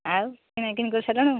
ଆଉ କିଣାକିଣି କରିସାରିଲୁଣି